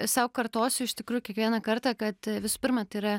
sau kartosiu iš tikrųjų kiekvieną kartą kad visų pirma tai yra